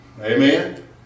Amen